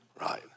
Right